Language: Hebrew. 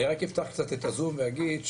אני רק אפתח קצת את הזום ואגיד,